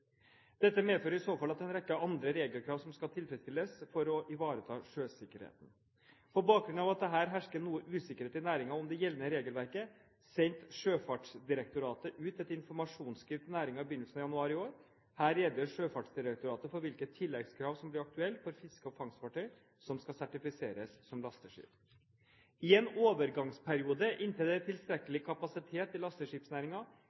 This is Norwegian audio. Dette medfører i så fall at det er en rekke andre regelkrav som skal tilfredstilles for å ivareta sjøsikkerheten. På bakgrunn av at det har hersket noe usikkerhet i næringen om det gjeldende regelverket, sendte Sjøfartsdirektoratet ut et informasjonsskriv til næringen i begynnelsen av januar i år. Her redegjør Sjøfartsdirektoratet for hvilke tilleggskrav som blir aktuelle for fiske- og fangstfartøy som skal sertifiseres som lasteskip. I en overgangsperiode – inntil det